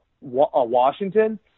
Washington